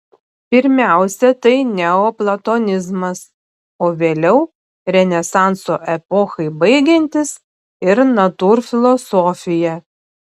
pirmiausia tai neoplatonizmas o vėliau renesanso epochai baigiantis ir natūrfilosofija